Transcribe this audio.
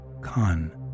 Khan